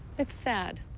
it's sad.